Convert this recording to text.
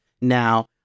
now